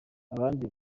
abandi